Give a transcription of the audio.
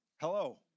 Hello